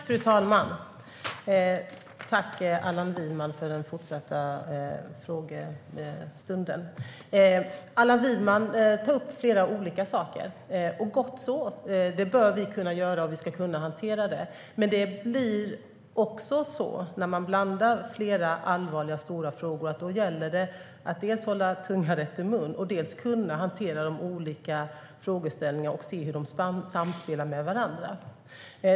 Fru talman! Jag tackar Allan Widman för de fortsatta frågorna. Allan Widman tar upp flera olika saker, och det är gott så; det bör vi kunna göra om vi ska kunna hantera detta. Men när man blandar flera allvarliga och stora frågor blir det också så att det gäller att dels hålla tungan rätt i mun, dels kunna hantera de olika frågeställningarna och se hur de samspelar med varandra.